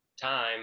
time